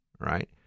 Right